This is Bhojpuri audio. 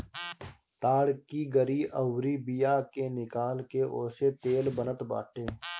ताड़ की गरी अउरी बिया के निकाल के ओसे तेल बनत बाटे